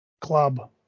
Club